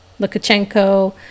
Lukashenko